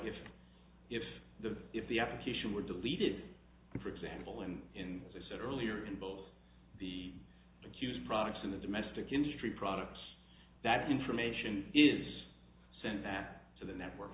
if if the if the application were deleted for example and in as i said earlier in both the accused products in the domestic industry products that information is sent back to the network